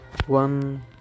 One